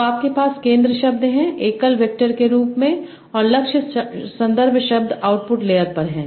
तो आपके पास केंद्र शब्द है एकल वेक्टर के रूप में और लक्ष्य संदर्भ शब्द आउटपुट लेयर पर हैं